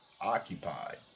occupied